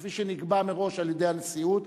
כפי שנקבע מראש על-ידי הנשיאות,